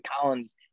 Collins